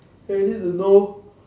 so you need to know